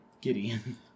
Gideon